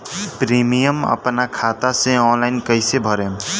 Premium अपना खाता से ऑनलाइन कईसे भरेम?